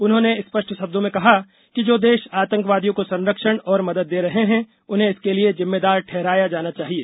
उन्होंने स्पष्ट शब्दों में कहा कि जो देश आतंकवादियों को संरक्षण और मदद दे रहे हैं उन्हें इसके लिए जिम्मेदार ठहराया जाना चाहिए